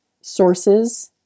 sources